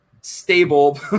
stable